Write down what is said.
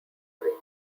rico